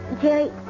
Jerry